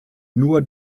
nur